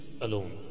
alone